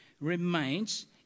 remains